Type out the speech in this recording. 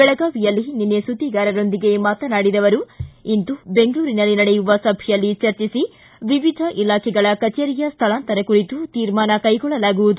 ಬೆಳಗಾವಿಯಲ್ಲಿ ನಿನ್ನೆ ಸುದ್ವಿಗಾರರೊಂದಿಗೆ ಮಾತನಾಡಿದ ಅವರು ಇಂದು ಬೆಂಗಳೂರಿನಲ್ಲಿ ನಡೆಯುವ ಸಭೆಯಲ್ಲಿ ಚರ್ಚಿಸಿ ವಿವಿಧ ಇಲಾಖೆಗಳ ಕಜೇರಿಯ ಸ್ವಳಾಂತರ ಕುರಿತು ತೀರ್ಮಾನ ಕೈಗೊಳ್ಳಲಾಗುವುದು